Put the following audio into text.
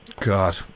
God